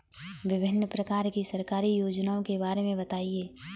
विभिन्न प्रकार की सरकारी योजनाओं के बारे में बताइए?